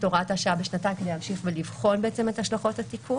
הוראת השעה בשנתיים כדי להמשיך ולבחון את השלכות התיקון.